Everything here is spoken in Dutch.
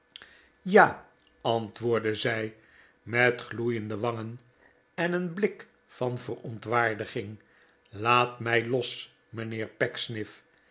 ja antwoordde zij met gloeiende wangen en een blik van verontwaardiging laat mij los